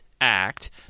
act